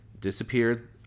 disappeared